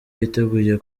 yiteguye